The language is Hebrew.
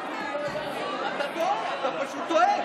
אתה פשוט טועה.